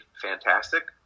fantastic